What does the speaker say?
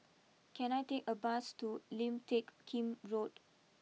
can I take a bus to Lim Teck Kim Road